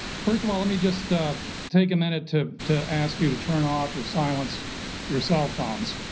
first of all, let me just ah take a minute to to ask you to turn off or silence your cell phones.